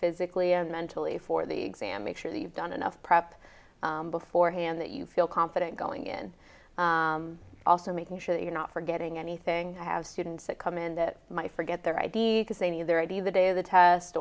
physically and mentally for the exam make sure that you've done enough prop beforehand that you feel confident going in also making sure that you're not forgetting anything i have students that come in that my forget their i d s they need their id the day of the test